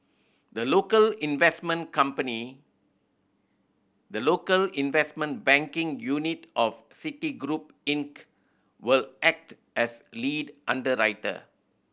the local investment company the local investment banking unit of Citigroup Inc will act as lead underwriter